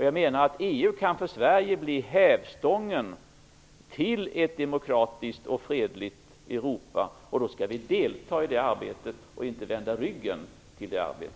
Jag menar att EU för Sverige kan bli hävstången till ett demokratiskt och fredligt Europa. Då skall vi delta i det arbetet och inte vända ryggen åt det.